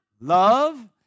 Love